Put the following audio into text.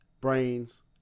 brains